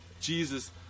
Jesus